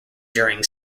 during